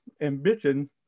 ambition